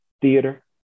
theater